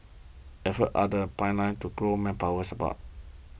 efforts are the pipeline to grow manpower support